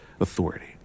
authority